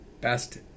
best